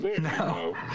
No